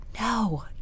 no